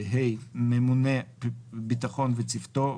ממונה ביטחון וצוותו,